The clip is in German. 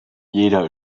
jeder